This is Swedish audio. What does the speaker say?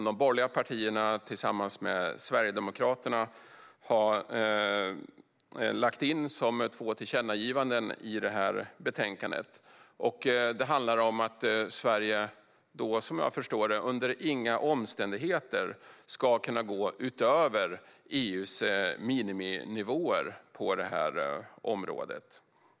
De borgerliga partierna har tillsammans med Sverigedemokraterna lagt in två tillkännagivanden i betänkandet. Det handlar om att Sverige, som jag förstår det, under inga omständigheter ska kunna gå utöver EU:s miniminivåer på detta område.